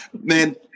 Man